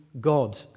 God